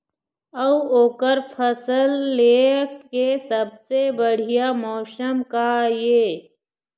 अऊ ओकर फसल लेय के सबसे बढ़िया मौसम का ये?